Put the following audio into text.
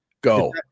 Go